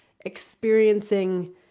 experiencing